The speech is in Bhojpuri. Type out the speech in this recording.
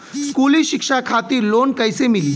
स्कूली शिक्षा खातिर लोन कैसे मिली?